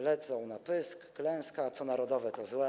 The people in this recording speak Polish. Lecą na pysk, klęska, co narodowe to złe.